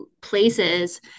places